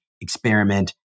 experiment